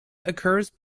occurs